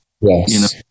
Yes